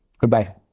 Goodbye